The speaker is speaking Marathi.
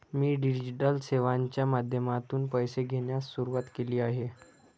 मी डिजिटल सेवांच्या माध्यमातून पैसे घेण्यास सुरुवात केली आहे